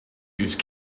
use